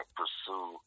pursue